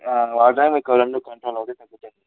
వాటితో మీకు రెండు కంట్రోల్ అవుతాయి తగ్గుతాయి